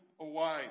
away